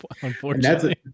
Unfortunately